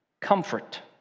comfort